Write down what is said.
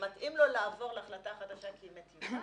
ומתאים לו לעבור להחלטה החדשה כי היא מטיבה,